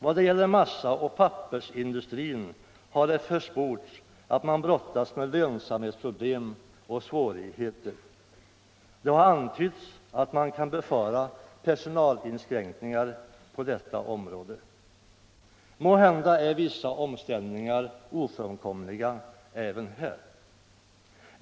Vad gäller massaoch pappersindustrin har försports att man brottas med lönsamhetsproblem och svårigheter. Det har antytts att man kan befara personalinskränkningar på detta område. Måhända är vissa omställningar ofrånkomliga även här.